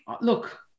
look